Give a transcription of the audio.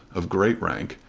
of great rank,